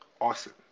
Awesome